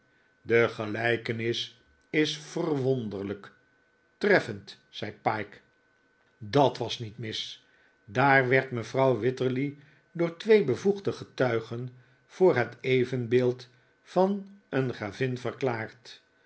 de gelijkenis is verwonderlijk treffend zei pyke dat was niet mis daar werd mevrouw wititterly door twee bevoegde getuigen voor het evenbeeld van een gravin verklaard